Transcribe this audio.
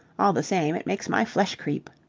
all the same, it makes my flesh creep.